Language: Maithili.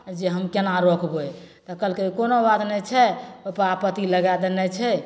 जे हम कोना रोकबै तऽ कहलकै कोनो बात नहि छै ओहिपर आपत्ति लगै देनाइ छै